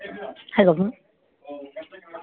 hello